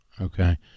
okay